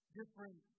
different